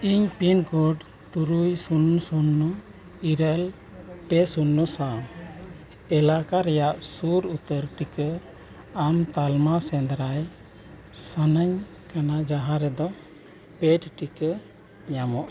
ᱤᱧ ᱯᱤᱱᱠᱳᱰ ᱛᱩᱨᱩᱭ ᱥᱩᱱᱚ ᱥᱩᱱᱚ ᱤᱨᱟᱹᱞ ᱯᱮ ᱥᱩᱱᱚ ᱥᱟᱶ ᱮᱞᱟᱠᱟ ᱨᱮᱭᱟᱜ ᱥᱩᱨ ᱩᱛᱟᱹᱨ ᱴᱤᱠᱟᱹ ᱟᱢ ᱛᱟᱞᱢᱟ ᱥᱮᱸᱫᱽᱨᱟᱭ ᱥᱟᱱᱟᱹᱧ ᱠᱟᱱᱟ ᱡᱟᱦᱟᱸ ᱨᱮᱫᱚ ᱯᱮᱰ ᱴᱤᱠᱟᱹ ᱧᱟᱢᱚᱜᱼᱟ